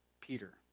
Peter